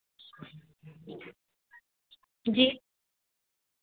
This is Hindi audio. जी